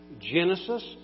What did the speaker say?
Genesis